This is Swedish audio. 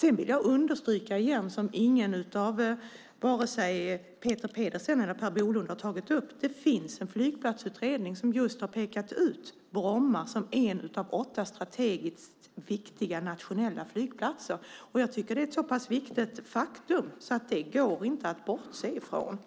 Jag vill understryka igen, som ingen av vare sig Peter Pedersen eller Per Bolund har tagit upp, att det finns en flygplatsutredning som just har pekat ut Bromma som en av åtta strategiskt viktiga nationella flygplatser. Jag tycker att det är ett så pass viktigt faktum att det inte går att bortse från.